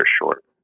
short